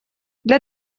для